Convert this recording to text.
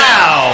Now